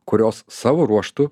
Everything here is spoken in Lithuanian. kurios savo ruožtu